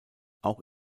auch